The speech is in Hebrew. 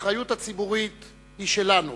האחריות הציבורית שלנו